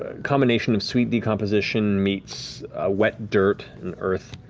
combination of sweet decomposition meets wet dirt and earth,